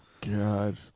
God